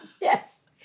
Yes